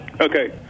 Okay